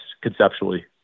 conceptually